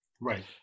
Right